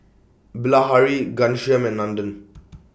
Bilahari Ghanshyam and Nandan